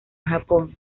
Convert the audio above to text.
japón